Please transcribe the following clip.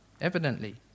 Evidently